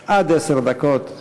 הנמקה מן המקום.